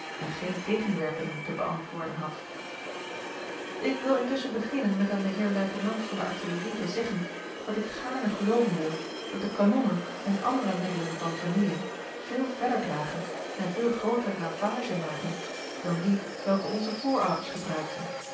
en geen tegenwerpingen te beäntwoorden had k wil intusschen beginnen met aan den eer luitenant van de artillerie te zeggen dat ik gaarne gelooven wil dat de kanonnen en andere middelen van vernieling veel verder dragen en veel grooter ravage maken dan die welke onze voorouders gebruikten